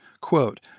Quote